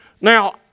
Now